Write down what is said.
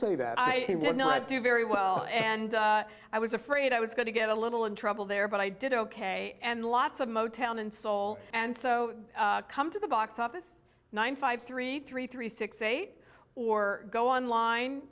say that i did not do very well and i was afraid i was going to get a little in trouble there but i did ok and lots of motown and soul and so come to the box office nine five three three three six eight or go online